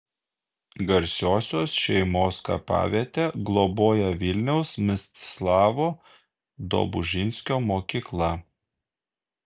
garsiosios šeimos kapavietę globoja vilniaus mstislavo dobužinskio mokykla